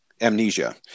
amnesia